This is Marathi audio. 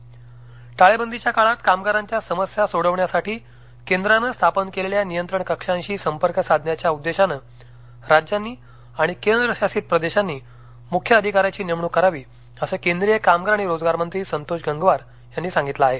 टाळेबंदी कामगार टाळेबंदीच्या काळात कामगारांच्या समस्या सोडवण्यासाठी केंद्रानं स्थापन केलेल्या नियंत्रण कक्षांशी संपर्क साधण्याच्या उद्देशानं राज्यांनी आणि केंद्रशासित प्रदेशांनी मुख्य अधिकाऱ्याची नेमणूक करावी असं केंद्रीय कामगार आणि रोजगार मंत्री संतोष गंगवार यांनी सांगितलं आहे